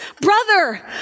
brother